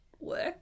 work